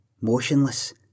motionless